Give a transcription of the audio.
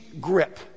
grip